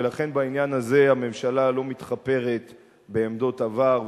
ולכן בעניין הזה הממשלה לא מתחפרת בעמדות עבר,